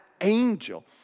angel